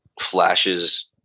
flashes